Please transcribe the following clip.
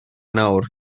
nawr